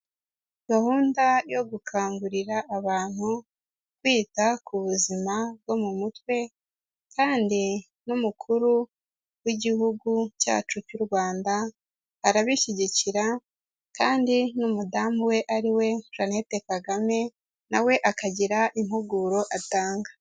Gahunda yo gukangurira abantu kwita ku buzima bwo mu mutwe kandi n'umukuru w'igihugu cyacu cy'u Rwanda, arabishyigikira kandi n'umudamu we ari we Jeannette Kagame na we akagira impuguro atanga.